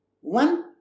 one